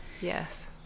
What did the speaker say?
Yes